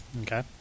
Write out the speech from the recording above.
Okay